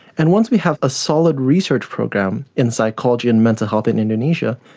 and once we have a solid research program in psychology and mental health in indonesia,